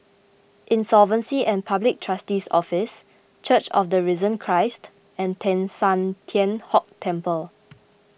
Insolvency and Public Trustee's Office Church of the Risen Christ and Teng San Tian Hock Temple